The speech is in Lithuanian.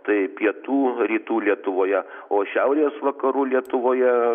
tai pietų rytų lietuvoje o šiaurės vakarų lietuvoje